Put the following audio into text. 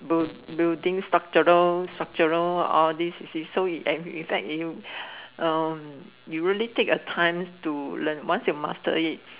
build~ building structural structural all these you see so in fact it um you really take a time to learn once you mastered it